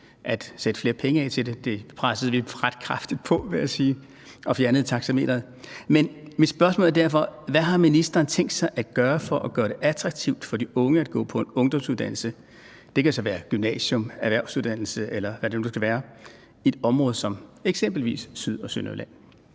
at sætte flere penge af til det – det pressede vi ret kraftigt på for, vil jeg sige – og vi fjernede taxameteret. Men mit spørgsmål er derfor: Hvad har ministeren tænkt sig at gøre for at gøre det attraktivt for de unge at gå på en ungdomsuddannelse – det kan så være gymnasium, erhvervsuddannelse eller andet – i et område som eksempelvis Syd- og Sønderjylland?